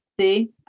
see